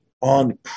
On